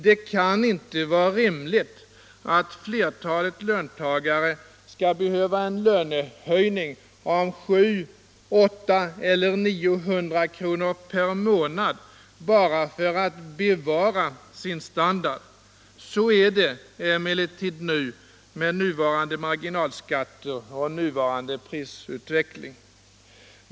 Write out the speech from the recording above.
Det kan inte vara rimligt att flertalet löntagare skall behöva en lönehöjning om 700, 800 eller 900 kr. per månad bara för att bevara sin standard. Så är det emellertid nu, med nuvarande mar Allmänpolitisk debatt debatt ginalskatter och nuvarande prisutveckling.